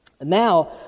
Now